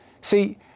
See